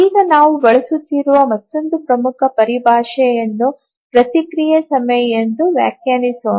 ಈಗ ನಾವು ಬಳಸುತ್ತಿರುವ ಮತ್ತೊಂದು ಪ್ರಮುಖ ಪರಿಭಾಷೆಯನ್ನು ಪ್ರತಿಕ್ರಿಯೆ ಸಮಯ ಎಂದು ವ್ಯಾಖ್ಯಾನಿಸೋಣ